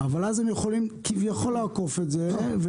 אבל אז הם יכולים כביכול לעקוף את זה ולפתוח